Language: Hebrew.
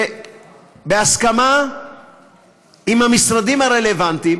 ובהסכמה עם המשרדים הרלוונטיים